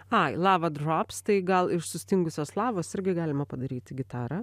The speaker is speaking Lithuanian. ai lava drops tai gal iš sustingusios lavos irgi galima padaryti gitarą